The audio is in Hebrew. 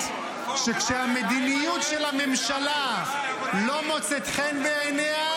שכשהמדיניות של הממשלה לא מוצאת חן בעיניה,